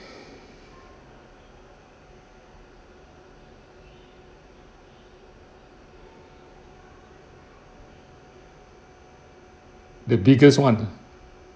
the biggest one